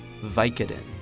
Vicodin